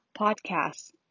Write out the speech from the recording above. podcasts